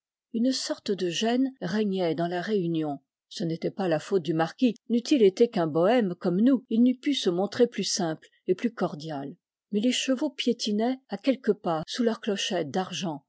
une sorte de gêne régnait dans la réunion ce n'était pas la faute du marquis n'eût-il été qu'un bohème comme nous il n'eût pu se montrer plus simple et plus cordial mais les chevaux piétinaient à quelques pas sous leurs clochettes d'argent